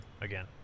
again